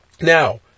Now